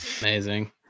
Amazing